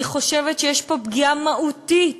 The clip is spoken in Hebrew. אני חושבת שיש פה פגיעה מהותית